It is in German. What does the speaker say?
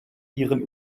ihren